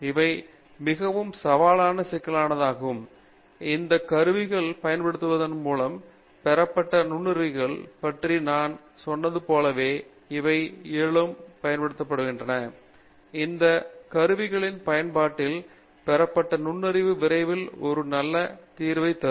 இவை மிகவும் சவாலான சிக்கல்களாகும் இந்த கருவிகளைப் பயன்படுத்துவதன் மூலம் பெறப்பட்ட நுண்ணறிவுகளைப் பற்றி நான் சொன்னது போலவே இவை இயலுமைப் படுத்தப்பட்டுள்ளன இந்த கருவிகளின் பயன்பாட்டினால் பெறப்பட்ட நுண்ணறிவு விரைவில் ஒரு ஒரு தீர்வை தரும்